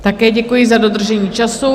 Také děkuji za dodržení času.